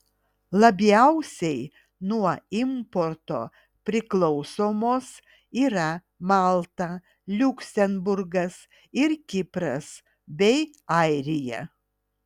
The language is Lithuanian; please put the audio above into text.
labiausiai nuo importo priklausomos yra malta liuksemburgas ir kipras bei airija